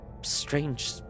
strange